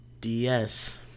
DS